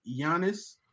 Giannis